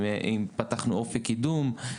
פתחנו אופק קידום.